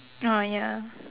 oh ya